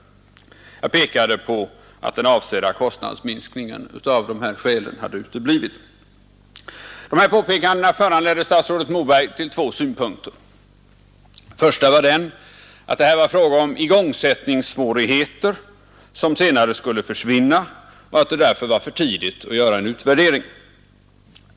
Jag pekade på att den avsedda kostnadsminskningen av de här skälen hade uteblivit. De här påpekandena föranledde statsrådet Moberg till två synpunkter. Den första var att det här var fråga om ”igångsättningssvårigheter”, som senare skulle försvinna och att det därför var för tidigt att göra en utvärdering.